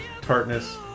Tartness